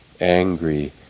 angry